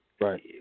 Right